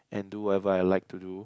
and do whatever I like to do